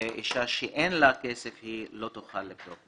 ואישה שאין לה כסף, היא לא תוכל לבדוק.